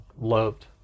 loved